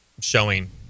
showing